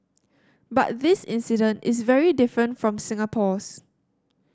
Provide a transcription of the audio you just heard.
but this incident is very different from Singapore's